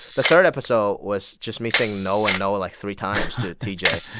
the third episode was just me saying no and no, like, three times to t j.